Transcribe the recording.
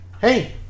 hey